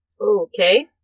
Okay